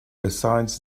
besides